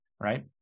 Right